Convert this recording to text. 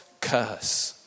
curse